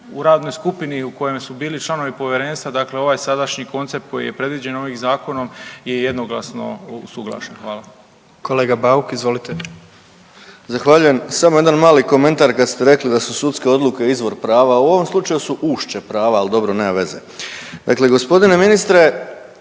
u radnoj skupini u kojoj su bili članovi povjerenstva, dakle ovaj sadašnji koncept koji je predviđen ovim zakonom je jednoglasno usuglašen. Hvala. **Jandroković, Gordan (HDZ)** Kolega Bauk, izvolite. **Bauk, Arsen (SDP)** Zahvaljujem. Samo jedan mali komentar kad ste rekli da su sudske odluke izvor prava. U ovom slučaju su ušće prava, ali dobro nema veze.